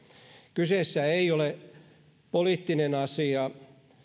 kyseessä ei ole poliittinen asia